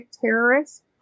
terrorists